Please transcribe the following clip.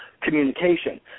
communication